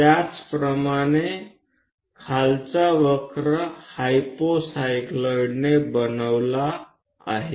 त्याचप्रमाणे खालचा वक्र हायपोसाइक्लॉईडने बनवला आहे